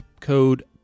code